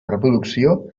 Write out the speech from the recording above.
reproducció